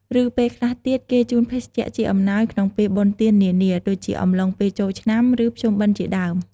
ឬពេលខ្លះទៀត គេជូនភេសជ្ជៈជាអំណោយក្នុងពេលបុណ្យទាននានា ដូចជាអំឡុងពេលចូលឆ្នាំ ឬ ភ្ជុំបិណ្ឌជាដើម។